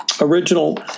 original